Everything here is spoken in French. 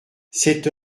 cette